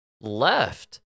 left